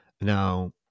now